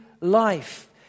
life